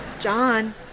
John